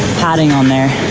padding on there.